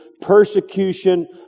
persecution